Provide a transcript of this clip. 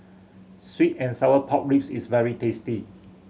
sweet and sour pork ribs is very tasty